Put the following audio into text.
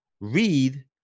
read